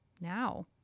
now